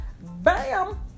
Bam